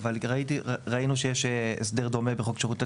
אבל ראינו שיש הסדר דומה בחוק שירותי